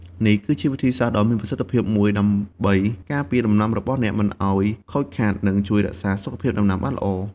នេះគឺជាវិធីសាស្រ្តដ៏មានប្រសិទ្ធភាពមួយដើម្បីការពារដំណាំរបស់អ្នកមិនឲ្យខូចខាត និងជួយរក្សាសុខភាពដំណាំបានល្អ។